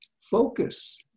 focus